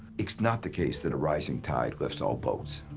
it's not the case that a rising tide lifts all boats.